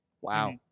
Wow